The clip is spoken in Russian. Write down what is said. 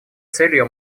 целью